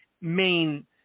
main